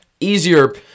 easier